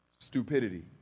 Stupidity